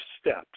steps